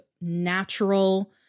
natural